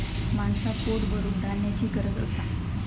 माणसाक पोट भरूक धान्याची गरज असा